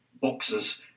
boxes